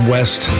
West